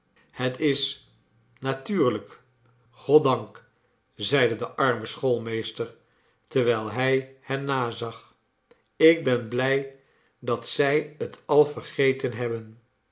het is natuurlijk goddank zeide dearme schoolmeester terwijl hij hen nazag ik ben blij dat zij het al vergeten hebben